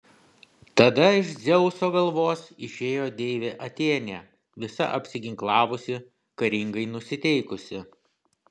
tada iš dzeuso galvos išėjo deivė atėnė visa apsiginklavusi karingai nusiteikusi